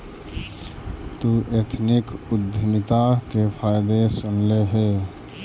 तु एथनिक उद्यमिता के फायदे सुनले हे?